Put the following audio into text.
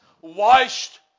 washed